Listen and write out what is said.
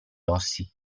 rossi